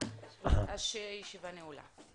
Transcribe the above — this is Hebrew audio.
הישיבה נעולה.